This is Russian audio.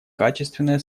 качественное